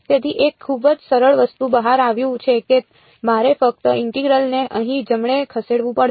તેથી એક ખૂબ જ સરળ વસ્તુ બહાર આવ્યું છે કે મારે ફક્ત ઇન્ટિગરલ ને અહીં જમણે ખસેડવું પડશે